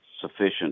sufficient